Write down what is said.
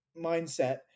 mindset